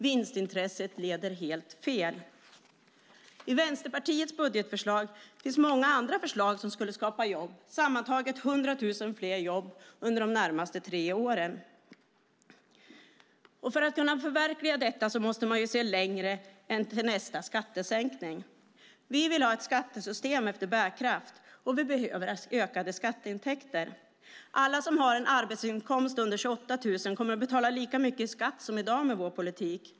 Vinstintresset leder helt fel. I Vänsterpartiets budgetförslag finns många andra förslag som skulle skapa jobb, sammantaget 100 000 fler jobb under de närmaste tre åren. För att man ska kunna förverkliga detta måste man se längre än till nästa skattesänkning. Vi vill ha ett skattesystem efter bärkraft, och vi behöver ökade skatteintäkter. Alla som har en arbetsinkomst under 28 000 kommer att betala lika mycket i skatt som i dag med vår politik.